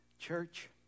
Church